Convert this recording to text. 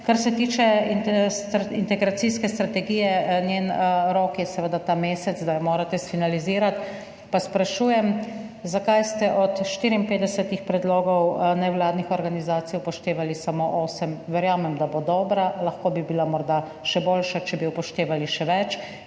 Kar se tiče integracijske strategije, njen rok je seveda ta mesec, da jo morate finalizirati. Sprašujem: Zakaj ste od 54 predlogov nevladnih organizacij upoštevali samo 8 predlogov? Verjamem, da bo dobra, lahko bi bila morda še boljša, če bi upoštevali še več.